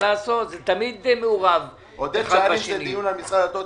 אם זה דיון על משרד הדתות,